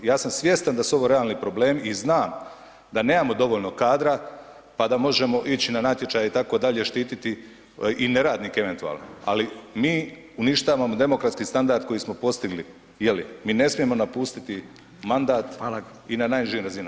Ja sam svjestan da su ovo realni problemi i znam da nemamo dovoljno kadra, pa da možemo ići na natječaje itd., štititi i neradnike eventualno, ali mi uništavamo demokratski standard koji smo postigli, je li, mi ne smijemo napustiti mandat [[Upadica: Hvala]] i na najnižim razinama.